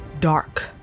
dark